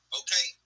okay